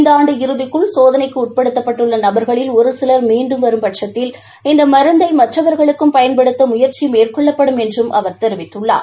இந்த ஆண்டு இறதிக்குள் சோதனைக்கு உட்படுத்தப்பட்டுள்ள நபர்களில் ஒரு சிவர் மீண்டும் வரும்பட்சத்தில் இந்த மருந்தை மற்றவர்களுக்கும் பயன்படுத்த முயற்சி மேற்கொள்ளப்படும் என்றும் அவர் தெரிவித்துள்ளார்